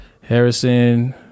Harrison